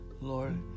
Lord